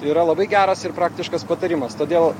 yra labai geras ir praktiškas patarimas todėl